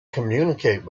communicate